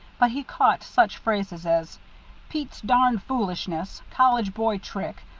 but he caught such phrases as pete's darned foolishness, college boy trick,